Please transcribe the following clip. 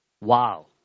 Wow